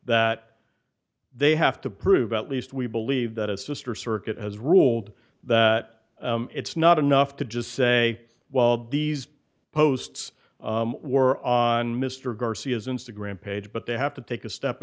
that they have to prove at least we believe that his sister circuit has ruled that it's not enough to just say well these posts were on mr garcia's instagram page but they have to take a step